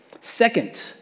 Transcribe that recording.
Second